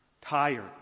tired